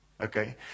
okay